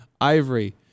Ivory